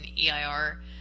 EIR